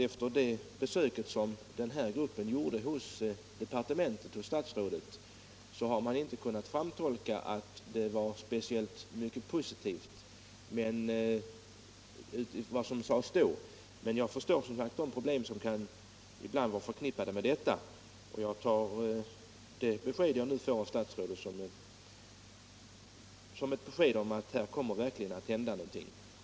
Efter det besök som den här gruppen gjorde hos statsrådet har man inte kunna tolka ut att det var speciellt mycket positivt som sades då, men jag förstår som sagt de problem som ibland kan förekomma. Därför tar jag de upplysningar jag nu fått av statsrådet som ett besked om att här verkligen kommer att hända någonting.